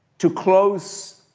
to close,